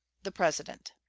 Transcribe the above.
the president.